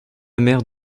mère